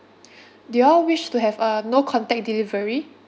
do you all wish to have uh no contact delivery